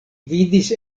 vidis